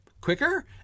quicker